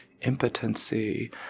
impotency